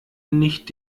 nicht